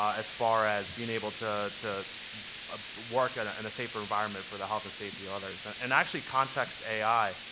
ah as far as being able to to ah work at ah and a safer environment for the health and safety of others. and and actually context ai,